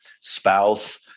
spouse